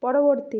পরবর্তী